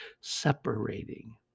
separating